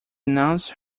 announced